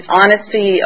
honesty